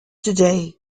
today